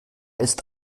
ist